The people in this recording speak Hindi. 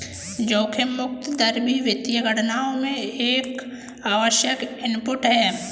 जोखिम मुक्त दर भी वित्तीय गणनाओं में एक आवश्यक इनपुट है